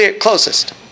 closest